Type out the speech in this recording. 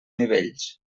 nivells